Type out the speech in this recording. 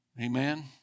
amen